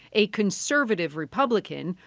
a conservative republican,